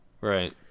right